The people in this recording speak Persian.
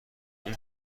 اون